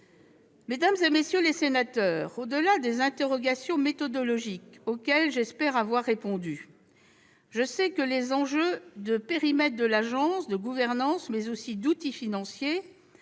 Mesdames, messieurs les sénateurs, au-delà des interrogations méthodologiques, auxquelles j'espère avoir répondu, je sais que les enjeux relatifs au périmètre de l'agence, à sa gouvernance, mais aussi aux outils financiers